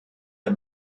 der